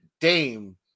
Dame